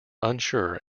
unsure